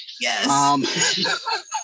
Yes